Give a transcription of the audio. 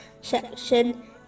section